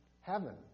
heaven